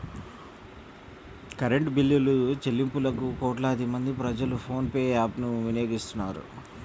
current బిల్లులుచెల్లింపులకు కోట్లాది మంది ప్రజలు ఫోన్ పే యాప్ ను వినియోగిస్తున్నారు